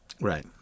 Right